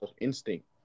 instinct